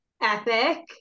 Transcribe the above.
epic